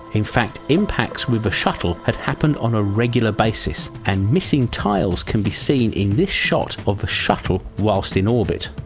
in fact impacts with the shuttle had happened on a regular basis and missing tiles can be seen in this shot of the shuttle whilst in orbit.